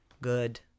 good